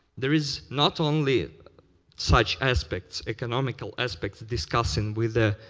there is not only such aspects, economical aspects discussed and with ah